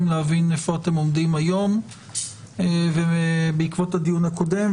להבין איפה אתם עומדים היום בעקבות הדיון הקודם,